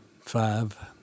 five